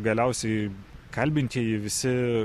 galiausiai kalbintieji visi